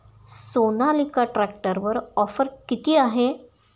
सोनालिका ट्रॅक्टरवर ऑफर किती आहे?